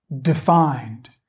defined